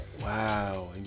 Wow